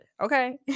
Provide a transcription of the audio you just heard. okay